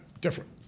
different